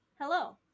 Hello